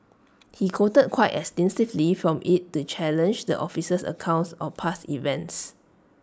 he quoted quite extensively from IT to challenge the officer's accounts of past events